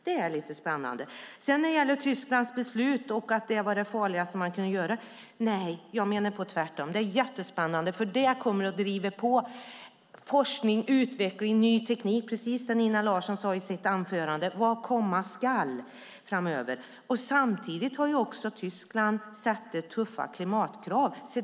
Det är lite spännande. När det gäller Tysklands beslut och att det skulle vara det farligaste man kan göra, menar jag tvärtom. Det är jättespännande. Det kommer att driva på forskning, utveckling och ny teknik - det som Nina Larsson talade om i sitt anförande. Tyskland har ju satt upp tuffa klimatkrav.